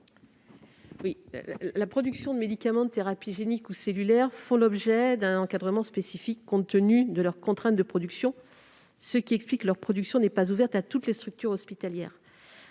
La production de médicaments de thérapie génique ou cellulaire fait l'objet d'un encadrement spécifique, compte tenu de leurs contraintes de production, ce qui explique que cette production n'est pas ouverte à toutes les structures hospitalières.